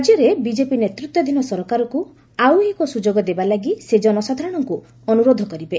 ରାଜ୍ୟରେ ବିଜେପି ନେତୃତ୍ୱାଧୀନ ସରକାରକୁ ଆଉ ଏକ ସୁଯୋଗଦେବା ଲାଗି ସେ ଜନସାଧାରଣଙ୍କୁ ଅନୁରୋଧ କରିବେ